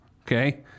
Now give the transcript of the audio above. Okay